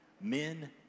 men